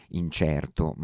incerto